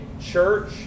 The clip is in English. church